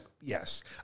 Yes